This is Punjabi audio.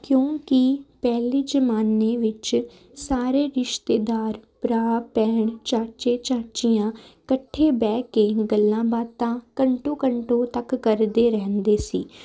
ਕਿਉਂਕਿ ਪਹਿਲਾਂ ਜ਼ਮਾਨੇ ਵਿੱਚ ਸਾਰੇ ਰਿਸ਼ਤੇਦਾਰ ਭਰਾ ਭੈਣ ਚਾਚੇ ਚਾਚੀਆਂ ਇਕੱਠੇ ਬਹਿ ਕੇ ਗੱਲਾਂ ਬਾਤਾਂ ਘੰਟਾ ਘੰਟਾ ਤੱਕ ਕਰਦੇ ਰਹਿੰਦੇ ਸੀ